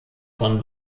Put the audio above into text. von